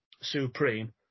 Supreme